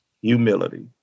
Humility